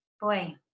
Boy